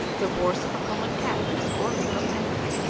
the worth of a common cat is four legal pence.